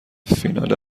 فینال